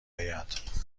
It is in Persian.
آید